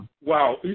Wow